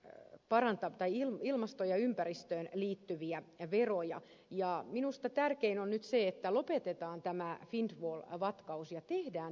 käyttö parantaa tai ilmastoon ja ympäristöön liittyviä veroja ja minusta tärkeintä on nyt se että lopetetaan tämä windfall vatkaus ja tehdään tästä totta